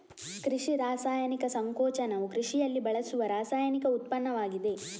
ಕೃಷಿ ರಾಸಾಯನಿಕ ಸಂಕೋಚನವು ಕೃಷಿಯಲ್ಲಿ ಬಳಸುವ ರಾಸಾಯನಿಕ ಉತ್ಪನ್ನವಾಗಿದೆ